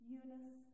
Eunice